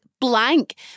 blank